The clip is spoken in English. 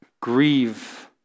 grieve